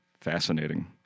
fascinating